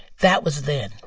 that was then.